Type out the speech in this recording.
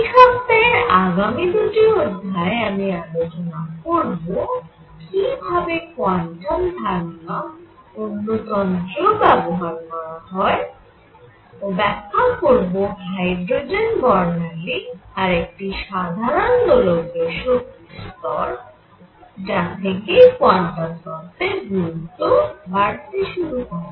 এই সপ্তাহের আগামী দুটি অধ্যায়ে আমি আলোচনা করব কি ভাবে কোয়ান্টাম ধারণা অন্য তন্ত্রেও ব্যবহার করা হয় ও ব্যাখ্যা করব হাইড্রোজেন বর্ণালী আর একটি সাধারণ দোলকের শক্তি স্তর যা থেকেই কোয়ান্টাম তত্ত্বের গুরুত্ব বাড়তে শুরু করে